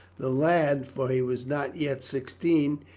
the lad, for he was not yet sixteen,